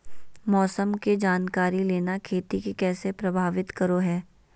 मौसम के जानकारी लेना खेती के कैसे प्रभावित करो है?